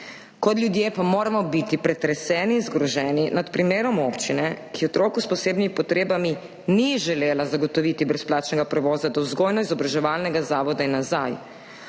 Kot ljudje pa moramo biti pretreseni in zgroženi nad primerom občine, ki otroku s posebnimi potrebami ni želela zagotoviti brezplačnega prevoza do vzgojno-izobraževalnega zavoda in nazaj.